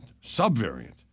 sub-variant